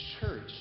church